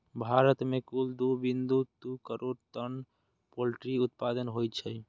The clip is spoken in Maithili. भारत मे कुल दू बिंदु दू करोड़ टन पोल्ट्री उत्पादन होइ छै